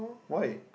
why